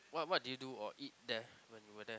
what what did you do or eat there when you were there